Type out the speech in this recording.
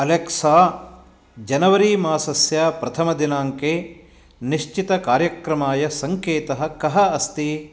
Alexa जनवरी मासस्य प्रथमदिनाङ्के निश्चितकार्यक्रमाय सङ्केतः कः अस्ति